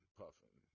puffing